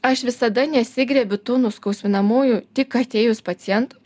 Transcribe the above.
aš visada nesigriebiu tų nuskausminamųjų tik atėjus pacientui